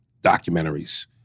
documentaries